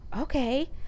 Okay